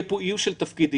יהיה פה איוש של תפקידים.